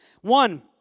One